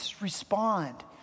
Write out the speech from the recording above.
respond